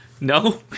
No